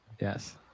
Yes